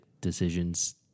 decisions